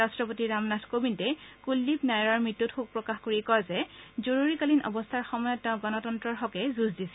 ৰট্টপতি ৰামনাথ কোবিন্দে কুলদীপ নায়াৰৰ মৃত্যুত শোক প্ৰকাশ কৰি কয় যে জৰুৰীকালীন অৱস্থাৰ সময়ত তেওঁ গণতন্তন্ৰহকে যুঁজ দিছিল